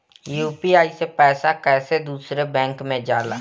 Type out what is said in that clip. UPI से पैसा कैसे दूसरा बैंक मे जाला?